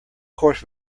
course